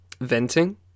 venting